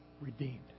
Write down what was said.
redeemed